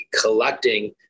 collecting